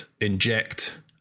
inject